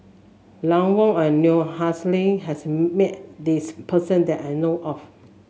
Ian Woo and Noor Aishah has met this person that I know of